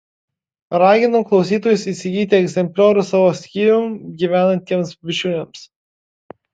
raginau klausytojus įsigyti egzempliorių savo skyrium gyvenantiems bičiuliams